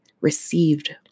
received